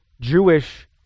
Jewish